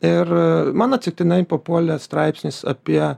ir man atsitiktinai papuolė straipsnis apie